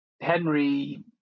Henry